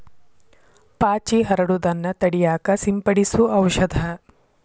ಪಾಚಿ ಹರಡುದನ್ನ ತಡಿಯಾಕ ಸಿಂಪಡಿಸು ಔಷದ